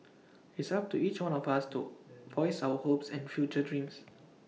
it's up to each one of us to voice our hopes and future dreams